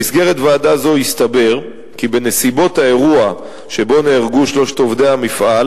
במסגרת ועדה זו הסתבר כי בנסיבות האירוע שבו נהרגו שלושת עובדי המפעל